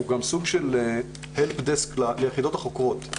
הוא גם סוג של עזרת דסק ליחידות החוקרות.